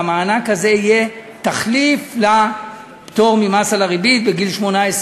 והמענק הזה יהיה תחליף לפטור ממס על הריבית: בגיל 18,